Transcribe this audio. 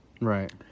right